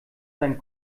seinen